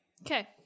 okay